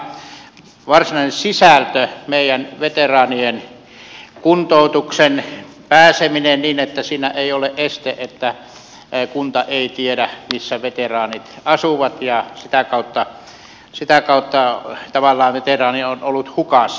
ensinnäkin on tämä varsinainen sisältö meidän veteraaniemme kuntoutukseen pääseminen niin että siinä ei ole este että kunta ei tiedä missä veteraanit asuvat ja sitä kautta tavallaan veteraani on ollut hukassa